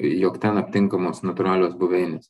jog ten aptinkamos natūralios buveinės